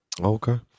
Okay